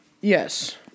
Yes